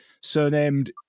surnamed